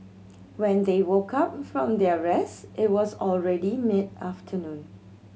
when they woke up from their rest it was already mid afternoon